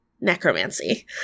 necromancy